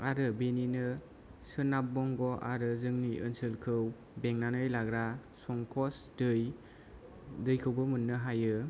आरो बेनिनो सोनाब बंग आरो जोंनि ओनसोलखौ बेंनानै लाग्रा संकश दै दैखौबो मोन्नो हायो